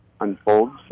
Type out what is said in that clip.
unfolds